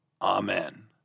Amen